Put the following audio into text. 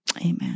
amen